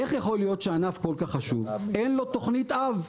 איך יכול להיות שענף כל כך חשוב אין לו תוכנית אב?